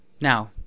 Now